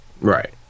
Right